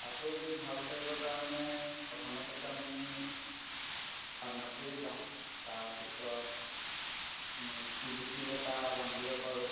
আঁঠুৰ বিষ ভাল কৰিব কাৰণে প্ৰথমতেটো আমি ফাৰ্মাচীয়ে যাওঁ তাৰপিছত আমি টুবুকি লতা বান্ধিব পাৰোঁ